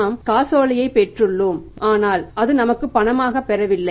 நாம் காசோலையைப் பெற்றுள்ளோம் நாம் பணம் பெற்றுள்ளோம் ஆனால் அது நமக்கு பணமாக பெறவில்லை